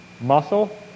Muscle